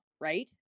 right